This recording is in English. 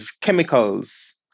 chemicals